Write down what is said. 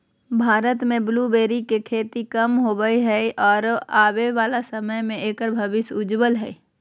भारत में ब्लूबेरी के खेती कम होवअ हई आरो आबे वाला समय में एकर भविष्य उज्ज्वल हई